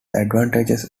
advantages